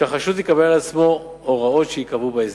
שהחשוד יקבל על עצמו הוראות שייקבעו בהסדר.